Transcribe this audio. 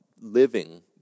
living